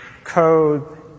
code